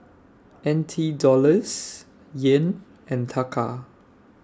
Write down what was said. N T Dollars Yen and Taka